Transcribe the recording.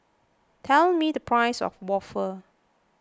tell me the price of Waffle